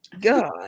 god